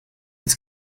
its